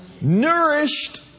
Nourished